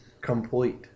Complete